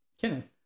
Kenneth